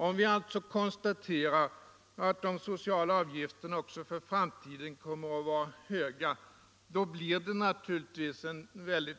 Om vi alltså konstaterar att de sociala avgifterna också för framtiden kommer att vara höga, då blir det naturligtvis en